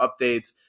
updates